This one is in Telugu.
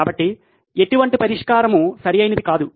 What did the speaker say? కాబట్టి ఎటువంటి పరిష్కారం సరైనది కాదు